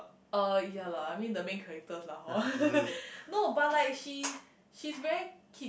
uh ya lah I mean the main character lah hor no but like she she's very kick